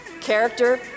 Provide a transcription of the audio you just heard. character